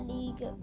League